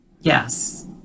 Yes